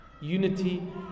Unity